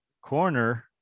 corner